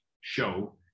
show